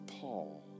Paul